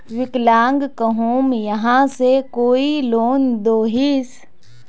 विकलांग कहुम यहाँ से कोई लोन दोहिस?